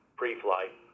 pre-flight